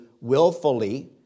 willfully